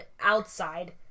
outside